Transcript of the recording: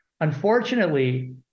Unfortunately